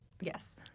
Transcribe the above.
yes